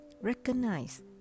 Recognize